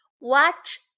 Watch